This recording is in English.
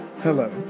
Hello